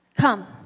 Come